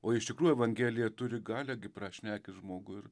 o iš tikrųjų evangelija turi galią gi prašnekint žmogų ir